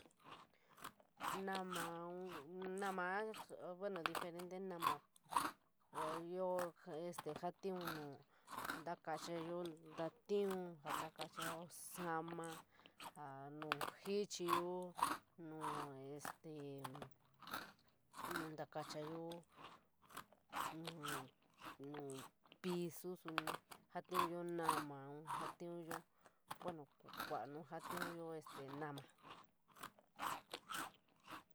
Nama, nama, bueno diferente nama este jatiun nu takachayo latiun, ja ntakoo sobama ja no sieñiyo, nu este ntakachayo nu piso suñi satiuyo nama, satiunyo, kuaia nu satiunyo este nama